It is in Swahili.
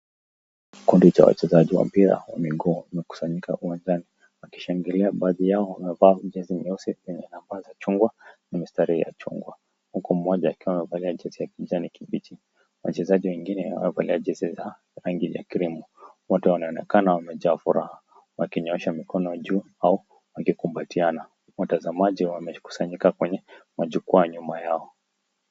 Kundi cha wachezaji wa mpira wa miguu wamekusanyika uwanjani wakishangilia. Baadhi yao wamevaa jezi nyeusi zenye namba za chungwa na mistari ya chungwa. Huku mmoja akiwa amevaa jezi ya kijani kibichi. Wachezaji wengine wamevaa jezi za rangi ya krimu. Wote wanaonekana wamejaa furaha wakinyoosha mikono juu au wakikumbatiana. Watazamaji wamekusanyika kwenye majukwaa nyuma yao.